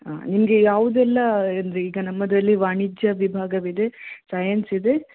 ಹಾಂ ನಿಮಗೆ ಯಾವುದೆಲ್ಲ ಅಂದರೀಗ ನಮ್ಮದರಲ್ಲಿ ವಾಣಿಜ್ಯ ವಿಭಾಗವಿದೆ ಸಾಯನ್ಸ್ ಇದೆ